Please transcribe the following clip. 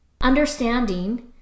Understanding